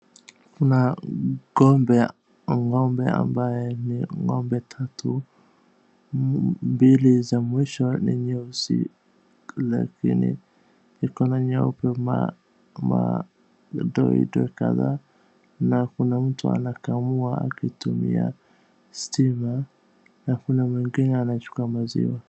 Kuna ng'ombe ambaye ni ng'ombe tatu, mbili za mwisho ni nyeusi lakini iko na nyeupe madoido kadhaa na kuna mtu anakamua akitumia stima na kuna mwingine anachukua maziwa.